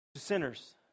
sinners